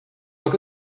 look